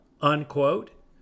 unquote